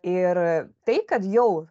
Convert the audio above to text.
ir tai kad jau